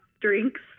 drinks